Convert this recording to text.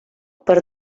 per